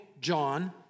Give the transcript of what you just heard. John